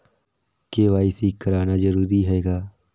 KYC कराना जरूरी है का?